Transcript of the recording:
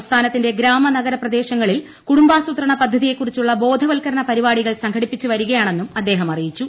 സംസ്ഥാനത്തിന്റെ ഗ്രാമ നഗര പ്രദേശങ്ങളിൽ കുടുംബാസൂത്രണ പദ്ധതിയെക്കുറിച്ചുള്ള ബോധവത്കരണ പരിപാടികൾ സംഘടിപ്പിച്ച് വരികയാണെന്നും അദ്ദേഹം അറിയിച്ചു